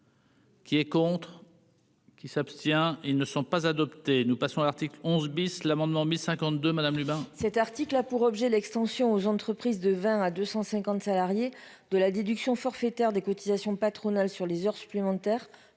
Qui est contre. Qui s'abstient, ils ne sont pas adoptés, nous passons à l'article 11 bis, l'amendement mais 52 madame Dumas.